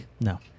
No